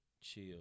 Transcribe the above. chill